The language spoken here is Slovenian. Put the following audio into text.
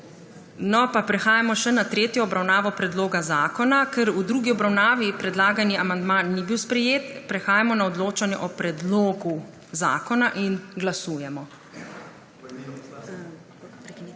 postopka. Prehajamo na **tretjo obravnavo** predloga zakona. Ker v drugi obravnavi predlagani amandma ni bil sprejet, prehajamo na odločanje o predlogu zakona. Glasujemo.